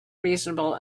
reasonable